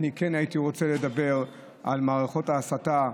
אני כן הייתי רוצה לדבר על מערכות ההסתה,